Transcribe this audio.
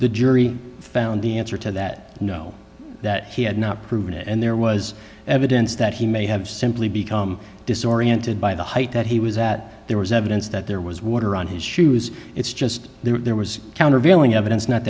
the jury found the answer to that no that he had not proven it and there was evidence that he may have simply become disoriented by the height that he was at there was evidence that there was water on his shoes it's just there was countervailing evidence not